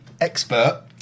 expert